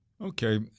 Okay